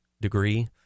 degree